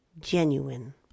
genuine